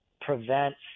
prevents